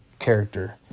character